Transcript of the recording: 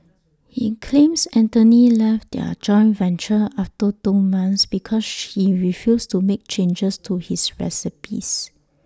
he claims Anthony left their joint venture after two months because he refused to make changes to his recipes